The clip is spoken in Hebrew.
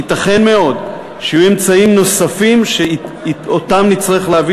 ייתכן מאוד שיהיו אמצעים נוספים שנצטרך להביא